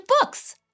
books